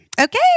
Okay